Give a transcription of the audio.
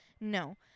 No